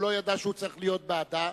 הסתייגות והוא לא ידע שהוא צריך להיות בעדה,